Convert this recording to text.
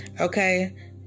okay